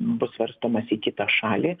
bus svarstomas į kitą šalį